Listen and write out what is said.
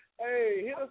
Hey